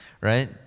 Right